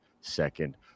second